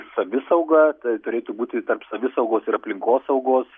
savisauga tai turėtų būti tarp savisaugos ir aplinkosaugos